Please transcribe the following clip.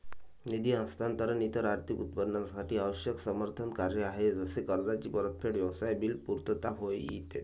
निधी हस्तांतरण इतर आर्थिक उत्पादनांसाठी आवश्यक समर्थन कार्य आहे जसे कर्जाची परतफेड, व्यवसाय बिल पुर्तता होय ई